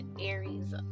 Aries